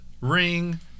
ring